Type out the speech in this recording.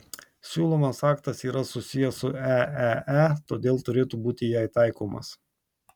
siūlomas aktas yra susijęs su eee todėl turėtų būti jai taikomas